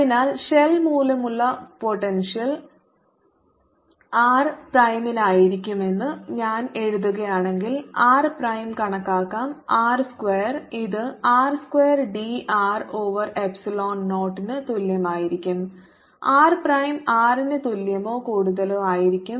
അതിനാൽ ഷെൽ മൂലമുള്ള potential r പ്രൈമിനായിരിക്കുമെന്ന് ഞാൻ എഴുതുകയാണെങ്കിൽ r പ്രൈം കണക്കാക്കാം r സ്ക്വയർ ഇത് r square d r over എപ്സിലോൺ0 ന് തുല്യമായിരിക്കും r പ്രൈം r ന് തുല്യമോ കൂടുതലോ ആയിരിക്കും